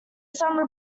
some